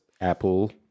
Apple